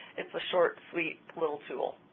it's a short, sweet, little tool.